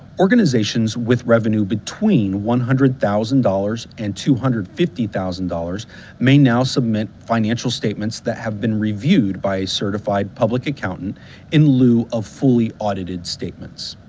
organizations with revenue between one hundred thousand dollars and two hundred and fifty thousand dollars may now submit financial statements that have been reviewed by a certified public accountant in lieu of fully audited statements.